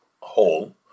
whole